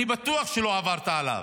אני בטוח שלא עברת עליו,